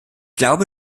glaube